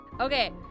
Okay